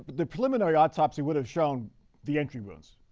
the preliminary autopsy would have shown the entry wounds.